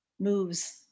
moves